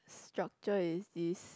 structure is this